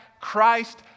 Christ